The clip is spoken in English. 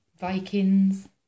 Vikings